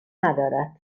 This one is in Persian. ندارد